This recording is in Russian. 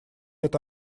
эта